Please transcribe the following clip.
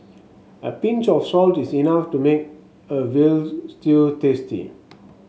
a pinch of salt is enough to make a veal stew tasty